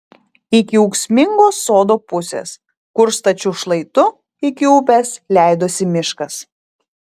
iki ūksmingos sodo pusės kur stačiu šlaitu iki upės leidosi miškas